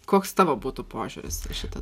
koks tavo būtų požiūris į šitą